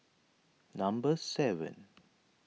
number seven